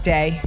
Day